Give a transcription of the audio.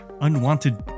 unwanted